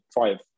five